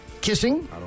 kissing